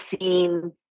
seen